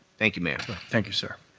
thank you, mayor. thank you, sir.